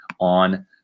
on